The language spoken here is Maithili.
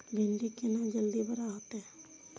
भिंडी केना जल्दी बड़ा होते?